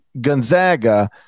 Gonzaga